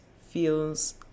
feels